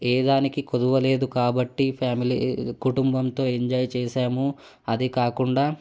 ఏ దానికి కొదువలేదు కాబట్టి ఫ్యామిలీ కుటుంబంతో ఎంజాయ్ చేసాము అదికాకుండా